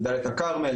דליית אל כרמל,